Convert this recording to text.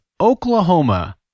Oklahoma